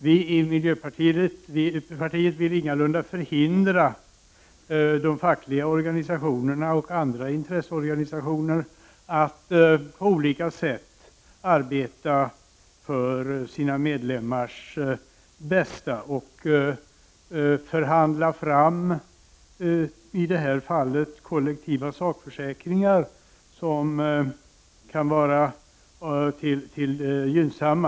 Vi i miljöpartiet vill ingalunda förhindra de fackliga organisationerna och andra intresseorganisationer att på olika sätt arbeta för sina medlemmars bästa och förhandla fram kollektiva sakförsäkringar som kan vara gynnsamma.